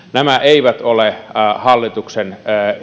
nämä eivät ole hallituksen